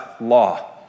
law